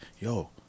yo